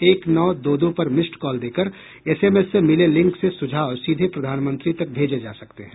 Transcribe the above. एक नौ दो दो पर मिस्ड कॉल देकर एसएमएस से मिले लिंक से सुझाव सीधे प्रधानमंत्री तक भेजे जा सकते हैं